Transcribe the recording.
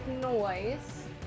noise